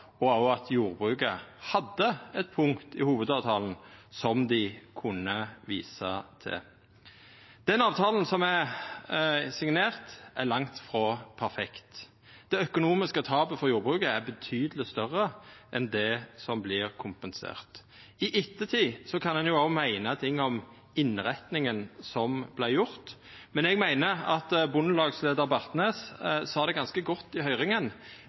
og også at jordbruket hadde eit punkt i hovudavtalen som dei kunne visa til. Den avtalen som er signert, er langt frå perfekt. Det økonomiske tapet for jordbruket er betydeleg større enn det som vert kompensert. I ettertid kan ein òg meina noko om innretninga som vart gjort, men eg meiner at bondelagsleiar Bartnes sa det ganske godt i høyringa.